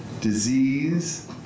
disease